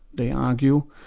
they argue,